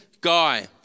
guy